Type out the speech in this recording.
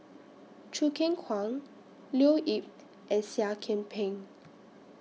Choo Keng Kwang Leo Yip and Seah Kian Peng